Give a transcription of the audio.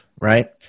right